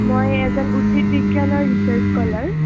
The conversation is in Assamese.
মই এজন উদ্ভিদ বিজ্ঞানৰ ৰিচাৰ্ছ কলাৰ